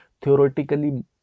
Theoretically